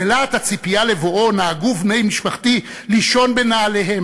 בלהט הציפייה לבואו נהגו בני משפחתי לישון בנעליהם,